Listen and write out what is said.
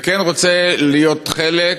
וכן רוצה להיות חלק,